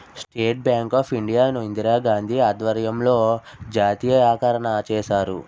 state bank of India ను ఇందిరాగాంధీ ఆధ్వర్యంలో జాతీయకరణ చేశారు